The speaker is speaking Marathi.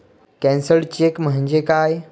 कॅन्सल्ड चेक म्हणजे काय?